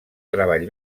treball